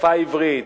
שפה עברית,